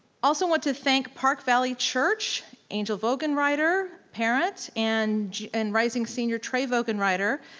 also want to thank park valley church, angel vogenwriter, parent, and and rising senior trey vogenwriter,